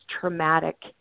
traumatic